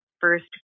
first